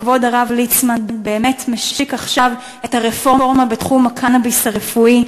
כבוד הרב ליצמן באמת משיק עכשיו את הרפורמה בתחום הקנאביס הרפואי,